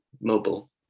Mobile